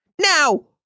Now